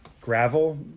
gravel